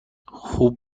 خوب